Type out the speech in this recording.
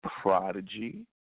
Prodigy